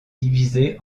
divisé